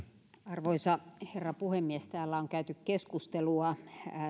arvoisa herra puhemies täällä on käyty keskustelua